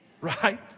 Right